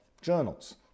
journals